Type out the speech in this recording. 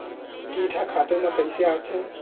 कीट ह खातु म कइसे आथे?